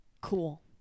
Cool